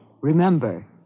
Remember